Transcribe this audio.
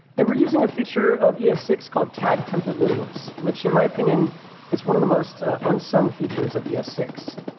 and we're using a feature of e s six called tag template literals, which in my opinion is one of the most unsung features of e s six.